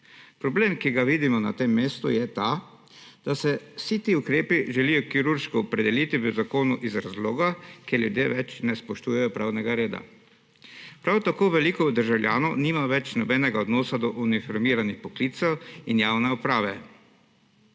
Problem, ki ga vidimo na tem mestu, je ta, da se vsi ti ukrepi želijo kirurško opredeliti v zakonu iz razloga, ker ljudje več ne spoštujejo pravnega reda. Prav tako veliko državljanov nima več nobenega odnosa do uniformiranih poklicev in javne uprave.